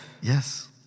yes